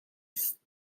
هست